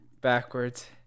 backwards